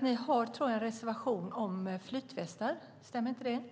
Ni har en reservation om flytvästar, tror jag. Stämmer inte det?